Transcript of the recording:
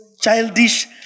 childish